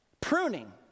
Pruning